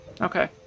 Okay